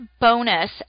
bonus